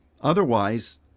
Otherwise